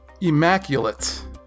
Immaculate